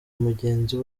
mugenzi